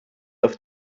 auf